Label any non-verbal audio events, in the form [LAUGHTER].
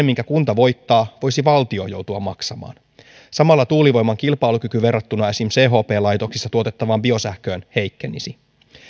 [UNINTELLIGIBLE] minkä kunta voittaa voisi valtio joutua maksamaan samalla tuulivoiman kilpailukyky verrattuna esimerkiksi chp laitoksissa tuotettavaan biosähköön heikkenisi